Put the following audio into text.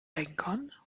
bänkern